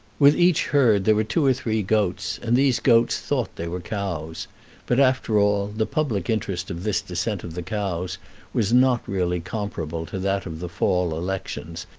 with each herd there were two or three goats, and these goats thought they were cows but, after all, the public interest of this descent of the cows was not really comparable to that of the fall elections,